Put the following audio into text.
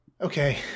Okay